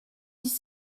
dix